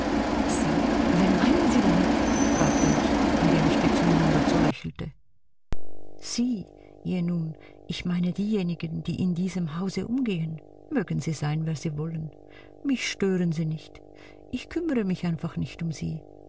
sie wen meinen sie damit fragte ich indem ich gezwungen dazu lächelte sie je nun ich meine diejenigen die in diesem hause umgehen mögen sie sein wer sie wollen mich stören sie nicht ich kümmere mich einfach nicht um sie